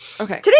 Okay